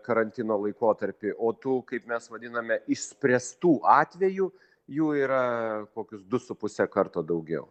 karantino laikotarpį o tų kaip mes vadiname išspręstų atvejų jų yra kokius du su puse karto daugiau